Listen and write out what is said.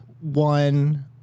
one